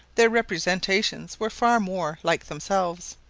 their representations were far more like themselves.